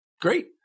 Great